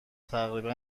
تقریبا